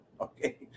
Okay